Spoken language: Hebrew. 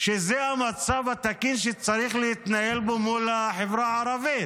שזה המצב התקין שצריך להתנהל בו מול החברה הערבית?